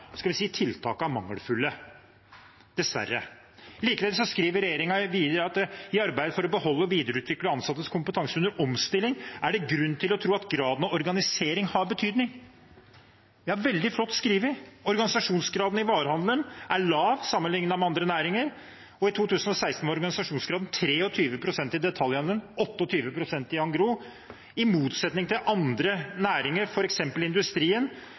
mangelfulle, dessverre. Likevel skriver regjeringen videre: «I arbeidet for å beholde og videreutvikle ansattes kompetanse under omstilling er det grunn til å tro at graden av organisering har betydning.» Det er veldig flott skrevet! Organisasjonsgraden i varehandelen er lav sammenlignet med andre næringer. I 2016 var organisasjonsgraden 23 pst. i detaljhandelen og 28 pst. i engros – i motsetning til andre næringer, f.eks. industrien,